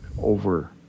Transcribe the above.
over